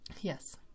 Yes